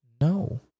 no